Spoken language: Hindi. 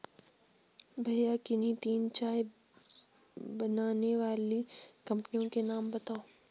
भैया किन्ही तीन चाय बनाने वाली कंपनियों के नाम बताओ?